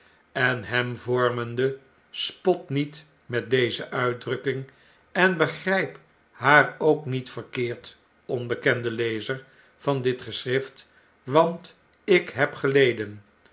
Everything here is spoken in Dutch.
en hem vormende spot niet met deze uitdrukking en begryp haar ook niet verkeerd onbekende lezer van dit geschrift want ik heb geleden